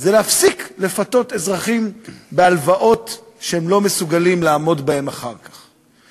זה להפסיק לפתות אזרחים בהלוואות שהם לא מסוגלים לעמוד בהן אחר כך.